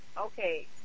okay